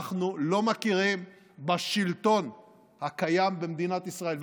אנחנו לא מכירים בשלטון הקיים במדינת ישראל.